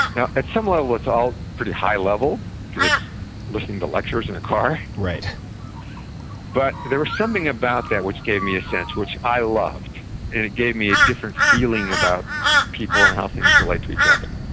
now, at some level it's all pretty high level because it's listening to lectures in a car. but there was something about that which gave me a sense which i loved, and it gave me a different feeling about people and how things relate to each other.